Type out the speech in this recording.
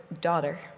daughter